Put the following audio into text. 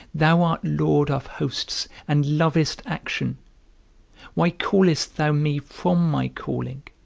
thou art lord of hosts, and lovest action why callest thou me from my calling?